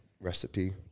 recipe